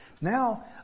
Now